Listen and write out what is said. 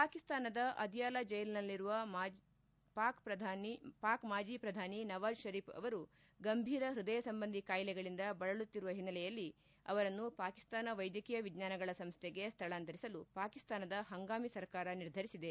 ಪಾಕಿಸ್ತಾನದ ಅದಿಯಾಲ ಜೈಲ್ನಲ್ಲಿರುವ ಮಾಜಿ ಶ್ರಧಾನಿ ನವಾಜ್ ಷರೀಫ್ ಅವರು ಗಂಭೀರ ಷ್ಯದಯ ಸಂಬಂಧಿ ಖಾಯಿಲೆಗಳಿಂದ ಬಳಲುತ್ತಿರುವ ಹಿನ್ನೆಲೆಯಲ್ಲಿ ಅವರನ್ನು ಪಾಕಿಸ್ತಾನ ವೈದ್ಯಕೀಯ ವಿಜ್ಞಾನಗಳ ಸಂಸ್ಥೆಗೆ ಸ್ಥಳಾಂತರಿಸಲು ಪಾಕಿಸ್ತಾನದ ಹಂಗಾಮಿ ಸರ್ಕಾರ ನಿರ್ಧರಿಸಿದೆ